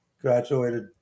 graduated